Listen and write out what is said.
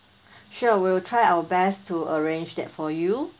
sure we'll try our best to arrange that for you